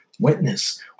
witness